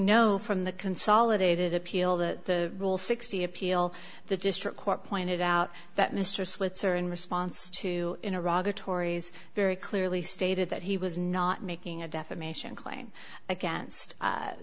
know from the consolidated appeal that rule sixty appeal the district court pointed out that mr switzer in response to in a rather tori's very clearly stated that he was not making a defamation claim against